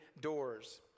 doors